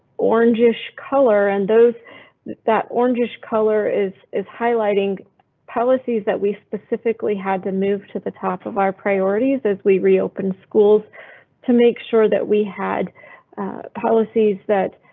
orangish color and those that orangish orangish color is is highlighting policies that we specifically had to move to the top of our priorities as we reopen schools to make sure that we had policies that.